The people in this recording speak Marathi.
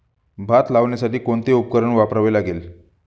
भात लावण्यासाठी कोणते उपकरण वापरावे लागेल?